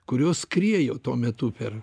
kurios skriejo tuo metu per